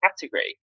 category